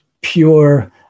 pure